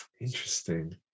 interesting